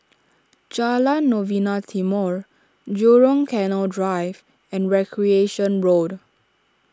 Jalan Novena Timor Jurong Canal Drive and Recreation Road